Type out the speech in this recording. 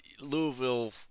Louisville